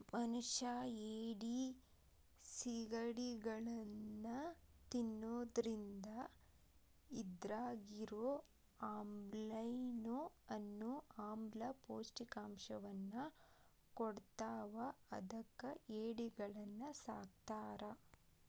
ಮನಷ್ಯಾ ಏಡಿ, ಸಿಗಡಿಗಳನ್ನ ತಿನ್ನೋದ್ರಿಂದ ಇದ್ರಾಗಿರೋ ಅಮೈನೋ ಅನ್ನೋ ಆಮ್ಲ ಪೌಷ್ಟಿಕಾಂಶವನ್ನ ಕೊಡ್ತಾವ ಅದಕ್ಕ ಏಡಿಗಳನ್ನ ಸಾಕ್ತಾರ